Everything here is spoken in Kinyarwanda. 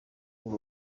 bw’u